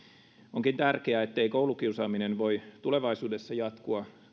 onkin tärkeää ettei koulukiusaaminen voi tulevaisuudessa jatkua